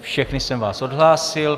Všechny jsem vás odhlásil.